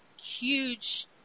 huge